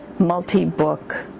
multi-book